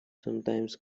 sometimes